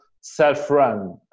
self-run